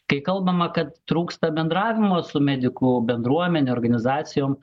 tai kalbama kad trūksta bendravimo su medikų bendruomene organizacijom